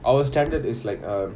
our standard is like a